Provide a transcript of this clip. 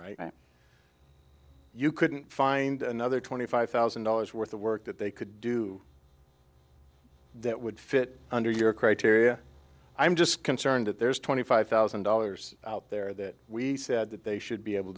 right you couldn't find another twenty five thousand dollars worth of work that they could do that would fit under your criteria i'm just concerned that there's twenty five thousand dollars out there that we said that they should be able